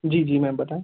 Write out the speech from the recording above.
जी जी मैम बताऍं